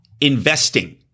investing